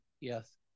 Yes